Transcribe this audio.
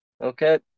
Okay